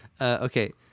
Okay